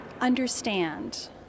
understand